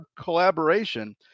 Collaboration